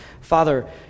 Father